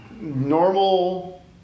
normal